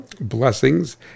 blessings